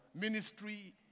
ministry